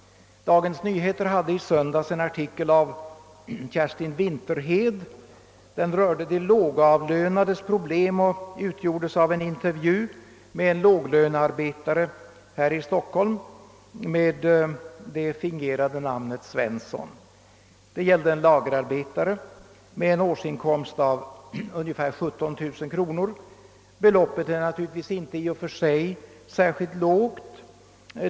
Dagens Nyheter hade i söndags en artikel av Kerstin Vinterhed. Den berörde de lågavlönades problem och utgjordes av en intervju med en låglönearbetare i Stockholm med det fingerade namnet Svensson. Han var lagerarbetare och hade en årsinkomst av ungefär 17 000 kronor. Beloppet är naturligtvis inte i och för sig särskilt lågt.